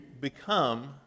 become